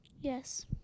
Yes